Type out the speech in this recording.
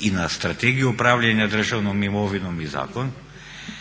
i na Strategiju upravljanja državnom imovinom i zakon,